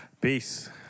Peace